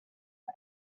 man